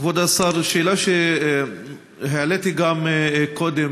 כבוד השר, השאלה שהעליתי גם קודם,